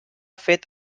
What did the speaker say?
fet